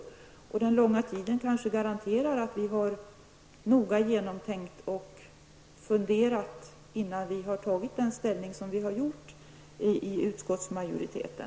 Att det har tagit lång tid kanske garanterar att vi har noga genomtänkt och fundera innan vi har tagit ställning i utskottsmajoriteten.